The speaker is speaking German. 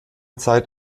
zeit